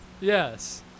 Yes